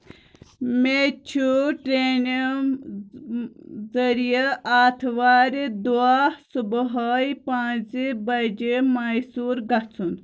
مےٚ چھُ ٹرینہِ ذٔریعہٕ آتھٕوارِ دۄہ صبحٲے پانٛژھِ بجہِ میسور گژھُن